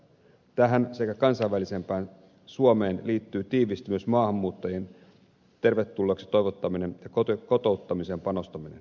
tähän sekä kansainvälisempään suomeen liittyy tiiviisti myös maahanmuuttajien tervetulleeksi toivottaminen ja kotouttamiseen panostaminen